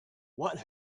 what